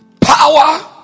power